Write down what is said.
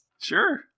Sure